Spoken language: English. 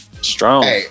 strong